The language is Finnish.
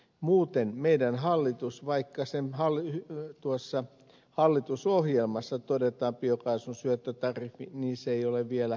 muuten meidän hallitus vaikka tuossa hallitusohjelmassa todetaan biokaasun syöttötariffi niin se ei ole vielä toteutunut